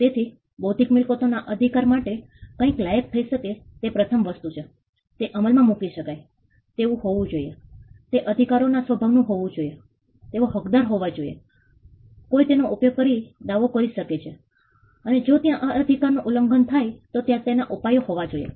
તેથી બૌદ્ધિક મિલકતોના અધિકાર માટે કંઈક લાયક થઇ શકે તે પ્રથમ વસ્તુ છે તે અમલમાં મૂકી શકાય તેવું હોવું જોઈએ તે અધિકારો ના સ્વભાવનું હોવું જોઈએ તેઓ હકદાર હોવા જોઈએ કોઈ તેનો ઉપયોગ કરીને દાવો કરી શકે છે અને જો ત્યાં આ અધિકાર નું ઉલ્લંઘન થાય તો ત્યાં તેના ઉપાય હોવા જોઈએ